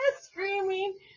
screaming